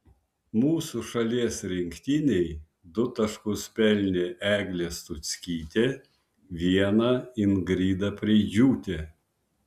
mūsų šalies rinktinei du taškus pelnė eglė stuckytė vieną ingrida preidžiūtė